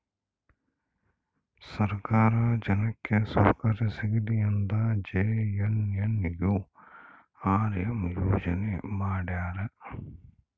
ಸರ್ಕಾರ ಜನಕ್ಕೆ ಸೌಕರ್ಯ ಸಿಗಲಿ ಅಂತ ಜೆ.ಎನ್.ಎನ್.ಯು.ಆರ್.ಎಂ ಯೋಜನೆ ಮಾಡ್ಯಾರ